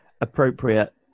appropriate